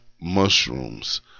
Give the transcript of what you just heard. mushrooms